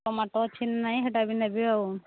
tomato ଅଛି କି ନାଇଁ ସେଟାବି ନେବି ଆଉ